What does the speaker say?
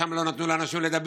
שם לא נתנו לאנשים לדבר,